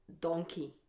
Donkey